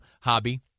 hobby